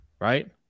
right